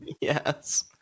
yes